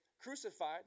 crucified